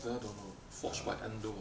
uh I don't know forged by Endo